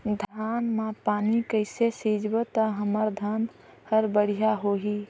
धान मा पानी कइसे सिंचबो ता हमर धन हर बढ़िया होही?